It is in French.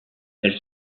elle